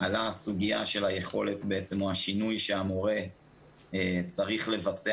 עלתה הסוגיה של היכולת או השינוי שהמורה צריך לבצע